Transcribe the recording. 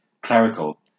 clerical